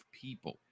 people